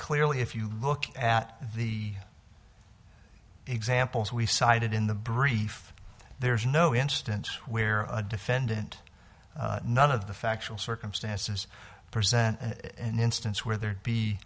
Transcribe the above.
clearly if you look at the examples we cited in the brief there's no instance where a defendant none of the factual circumstances present an instance where there'd be